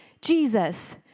Jesus